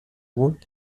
بود